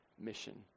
mission